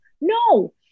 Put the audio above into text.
No